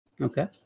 Okay